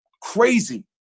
crazy